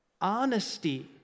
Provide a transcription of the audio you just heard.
Honesty